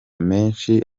menshi